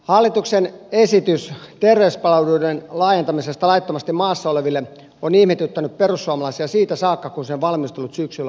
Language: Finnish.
hallituksen esitys terveyspalveluiden laajentamisesta laittomasti maassa oleville on ihmetyttänyt perussuomalaisia siitä saakka kun sen valmistelut syksyllä aloitettiin